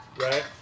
right